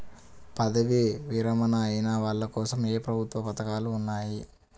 పదవీ విరమణ అయిన వాళ్లకోసం ఏ ప్రభుత్వ పథకాలు ఉన్నాయి?